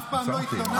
אף פעם לא התלוננת,